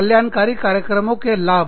कल्याणकारी कार्यक्रमों के लाभ